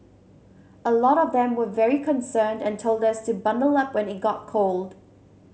a lot of them were very concerned and told us to bundle up when it got cold